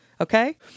Okay